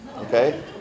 okay